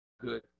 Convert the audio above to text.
good